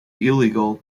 illegal